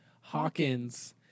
Hawkins